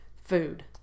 Food